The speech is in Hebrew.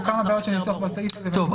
בסדר.